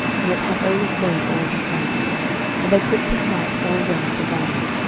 when it had overflown all his banks and they put to flight all them of the valleys,